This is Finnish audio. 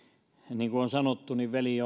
niin kuin on sanottu